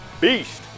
beast